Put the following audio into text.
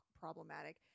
problematic